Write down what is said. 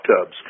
tubs